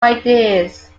ideas